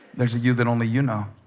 there's a you that only you know